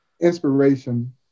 inspiration